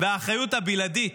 והאחריות הבלעדית